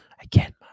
Again